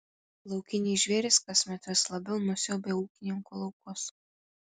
laukiniai žvėrys kasmet vis labiau nusiaubia ūkininkų laukus